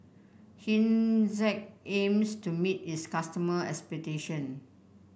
hygin Z aims to meet its customer expectation